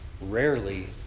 rarely